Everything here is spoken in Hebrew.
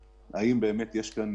אם יש כאן